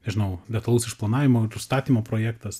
nežinau detalaus išplanavimo ir užstatymo projektas